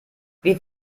wie